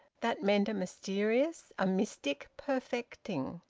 that meant a mysterious, a mystic perfecting!